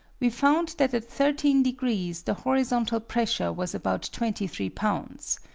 we found that at thirteen degrees the horizontal pressure was about twenty three lbs.